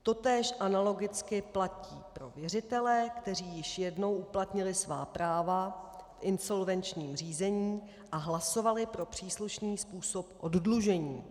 Totéž analogicky platí pro věřitele, kteří již jednou uplatnili svá práva v insolvenčním řízení a hlasovali pro příslušný způsob oddlužení.